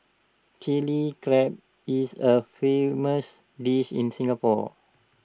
Chilli Crab is A famous dish in Singapore